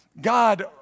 God